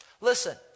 Listen